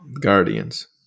Guardians